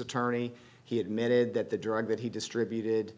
attorney he admitted that the drug that he distributed